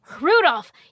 Rudolph